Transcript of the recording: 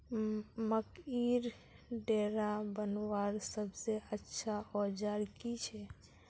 मकईर डेरा बनवार सबसे अच्छा औजार की छे?